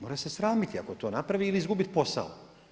Mora se sramiti ako to napravi ili izgubiti posao.